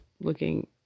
looking